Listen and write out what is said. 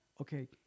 Okay